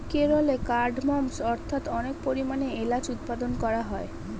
কেরলে কার্ডমমস্ অর্থাৎ অনেক পরিমাণে এলাচ উৎপাদন করা হয়